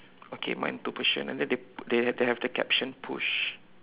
okay mine two person and then they they they have the caption push